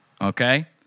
okay